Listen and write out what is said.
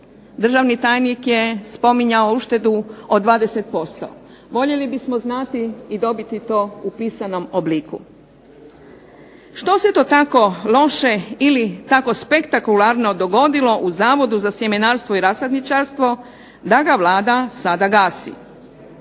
Državni tajnik je spominjao uštedu od 20%. Voljeli bismo znati i dobiti to u pisanom obliku. Što se to tako loše ili tako spektakularno dogodilo u Zavodu za sjemenarstvo i rasadničarstvo da ga Vlada sada gasi.